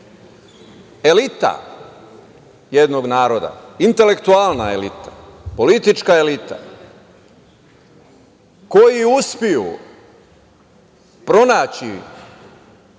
elita jednog naroda, intelektualna elita, politička elita koji uspeju pronaći